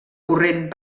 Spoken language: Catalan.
corrent